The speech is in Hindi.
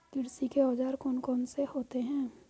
कृषि के औजार कौन कौन से होते हैं?